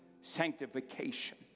sanctification